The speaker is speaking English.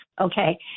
okay